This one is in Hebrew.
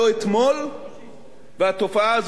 והתופעה הזו ראויה לכל גנאי,